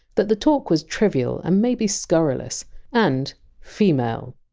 that the talk was trivial and maybe scurrilous and female.